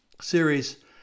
series